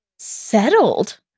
Settled